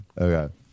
Okay